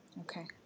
Okay